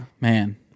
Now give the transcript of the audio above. man